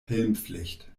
helmpflicht